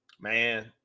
Man